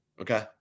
okay